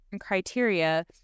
criteria